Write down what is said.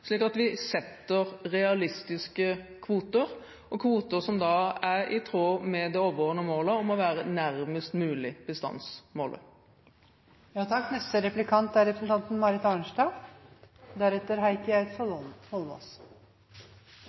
slik at vi setter realistiske kvoter – og kvoter som er i tråd med det overordnede målet om å være nærmest mulig bestandsmålet. Jeg skjønner jo at denne regjeringen har bestemt seg for at kvotene som settes for lisensjakt, nå plutselig er